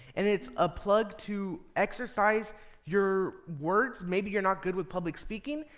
and it's a plug to exercise your words. maybe you're not good with public speaking,